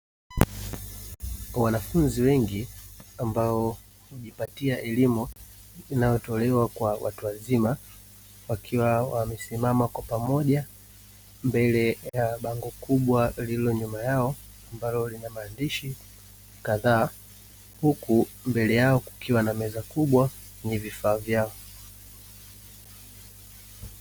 Wanafunzi wengi ambao hujipatia elimu inayotolewa kwa watu wazima, wakiwa wamesimama kwa pamoja mbele ya bango kubwa lililo nyuma yao, ambalo lina maandishi kadhaa huku mbele yao kukiwa na meza kubwa yenye vifaa vyao.